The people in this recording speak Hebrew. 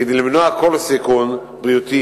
כדי למנוע כל סיכון בריאותי,